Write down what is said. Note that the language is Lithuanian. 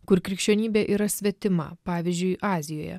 kur krikščionybė yra svetima pavyzdžiui azijoje